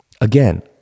again